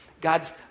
God's